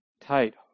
tight